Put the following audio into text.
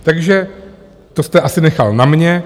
Takže to jste asi nechal na mě.